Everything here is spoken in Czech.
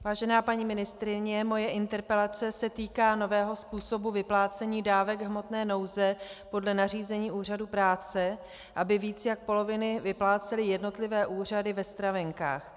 Vážená paní ministryně, moje interpelace se týká nového způsobu vyplácení dávek v hmotné nouzi podle nařízení Úřadu práce, aby více jak poloviny vyplácely jednotlivé úřady ve stravenkách.